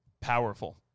Powerful